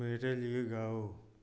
मेरे लिए गाओ